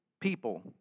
people